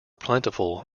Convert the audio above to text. plentiful